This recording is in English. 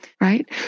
right